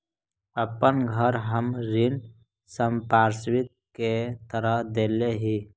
अपन घर हम ऋण संपार्श्विक के तरह देले ही